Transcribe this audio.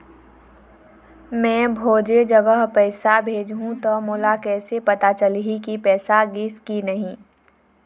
मैं भेजे जगह पैसा भेजहूं त मोला कैसे पता चलही की पैसा गिस कि नहीं?